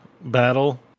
battle